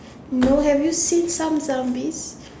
no have you seen some zombies